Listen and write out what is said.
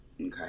Okay